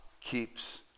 keeps